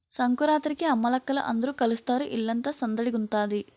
సంకురాత్రికి అమ్మలక్కల అందరూ కలుస్తారు ఇల్లంతా సందడిగుంతాది